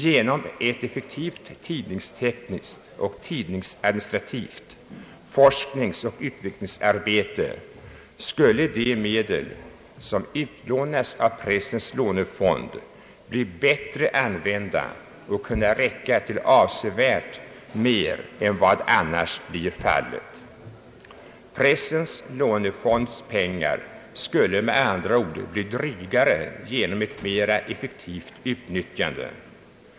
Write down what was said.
Genom ett effektivt tidningstekniskt och tidningsadministrativt forskningsoch utvecklingsarbete skulle de medel som utlånas från pressens lånefond bli bättre använda och kunna räcka till avsevärt mer än vad annars blir fallet. Pressens lånefonds pengar skulle med andra ord bli drygare genom ett mera effektivt utnyttjande.